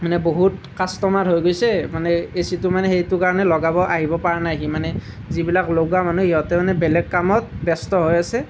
মানে বহুত কাষ্টমাৰ হৈ গৈছে মানে এচিটো মানে সেইটো কাৰণে লগাব আহিব পৰা মাই সি মানে যিবিলাক লগোৱা মানুহ সিহঁতে মানে বেলেগ কামত ব্যস্ত হৈ আছে